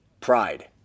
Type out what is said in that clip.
Pride